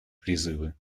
призывы